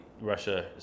Russia